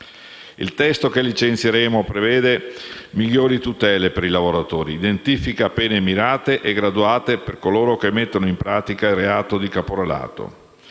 Il testo che licenzieremo prevede migliori tutele per i lavoratori e identifica pene mirate e graduate per coloro che mettono in pratica il reato di caporalato.